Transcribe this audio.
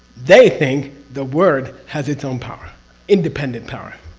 they think the word has its own power independent power,